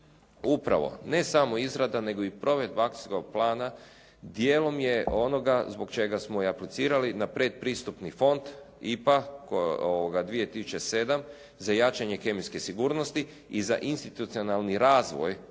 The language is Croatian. upravo, ne samo izrada nego i provedba akcijskog plana, dijelom je onoga zbog čega smo i aplicirali na pretpristupni fond, IPA 2007. za jačanje kemijske sigurnosti i za institucionalni razvoj,